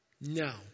No